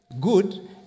good